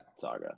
saga